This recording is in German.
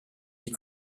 die